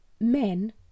men